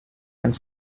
and